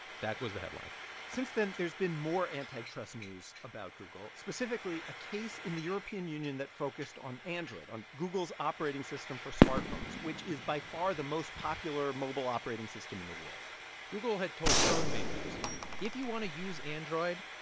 that was the headline since then, there's been more antitrust news about google, specifically a case in the european union that focused on android, on google's operating system for smartphones, which is by far the most popular mobile operating system in the world google had told phone makers if you want to use android,